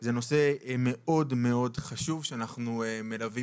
זה נושא מאוד מאוד חשוב שאנחנו מלווים